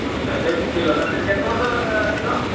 ଆଚ୍ଛା ସେଉଠୁ ଥିଲ ନା ସେଇଠି କେତେ ବର୍ଷ ହେଲା ଥିଲ